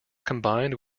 combined